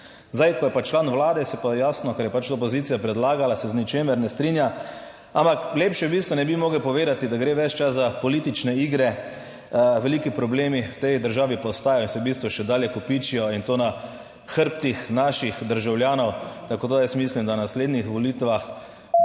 Zdaj, ko je pa član vlade, se pa jasno, ker je pač opozicija predlagala, se z ničemer ne strinja. Ampak lepše v bistvu ne bi mogel povedati, da gre ves čas za politične igre. Veliki problemi v tej državi pa ostajajo in se v bistvu še dalje kopičijo in to na hrbtih naših državljanov. Tako da jaz mislim, da na naslednjih volitvah